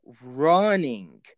running